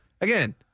again